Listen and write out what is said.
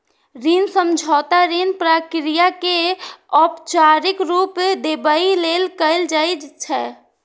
ऋण समझौता ऋण प्रक्रिया कें औपचारिक रूप देबय लेल कैल जाइ छै